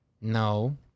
No